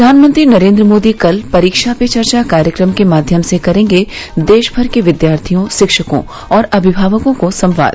प्रधानमंत्री नरेन्द्र मोदी कल परीक्षा पे चर्चा कार्यक्रम के माध्यम से करेंगे देशभर के विद्यार्थियों शिक्षकों और अभिभावकों से संवाद